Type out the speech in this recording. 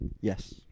Yes